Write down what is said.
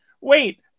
Wait